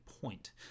point